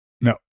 no